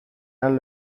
han